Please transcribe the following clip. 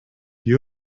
you